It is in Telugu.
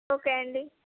ఓకే అండి